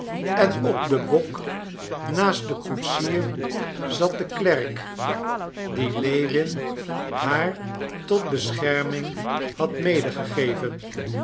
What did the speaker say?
en op den bok naast den koetsier zat de klerk dien lewin haar tot bescherming had